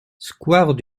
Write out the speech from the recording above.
square